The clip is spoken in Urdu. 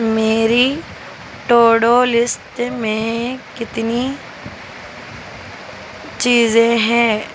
میری ٹو ڈو لسٹ میں کتنی چیزیں ہیں